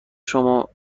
شما